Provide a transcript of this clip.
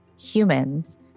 humans